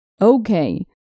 Okay